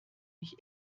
mich